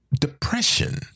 depression